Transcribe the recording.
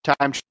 time